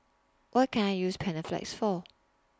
What Can I use Panaflex For